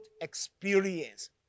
experience